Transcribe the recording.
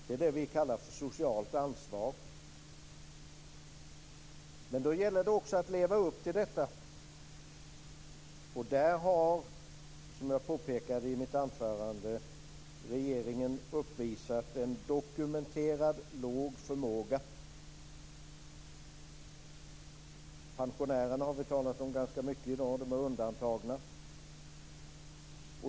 Det är det som vi kallar för socialt ansvar. Men då gäller det också att leva upp till detta. Där har - som jag påpekade i mitt anförande - regeringen uppvisat en dokumenterad låg förmåga. Det har talats ganska mycket om pensionärerna i dag. De är undantagna.